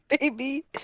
Baby